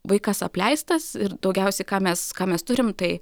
vaikas apleistas ir daugiausiai ką mes ką mes turim tai